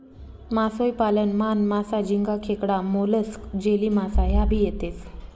मासोई पालन मान, मासा, झिंगा, खेकडा, मोलस्क, जेलीमासा ह्या भी येतेस